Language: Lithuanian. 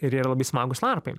ir yra labai smagūs larpai